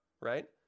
right